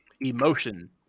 emotion